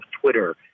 Twitter